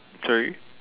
sorry